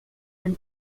and